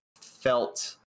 felt